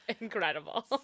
Incredible